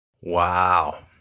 Wow